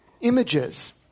images